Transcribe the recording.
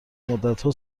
مدتها